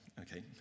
Okay